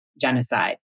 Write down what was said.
genocide